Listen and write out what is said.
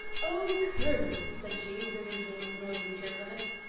oh! colonel, said she, with her usual noisy cheerfulness,